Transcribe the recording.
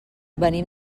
venim